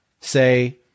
say